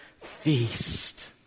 Feast